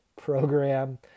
program